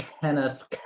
Kenneth